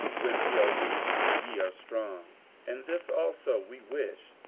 when we are weak, and ye are strong and this also we wish,